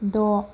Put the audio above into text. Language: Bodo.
द'